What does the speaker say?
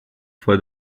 for